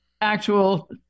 actual